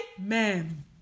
amen